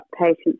patients